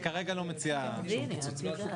אני כרגע לא מציע שום קיצוץ בתקציב.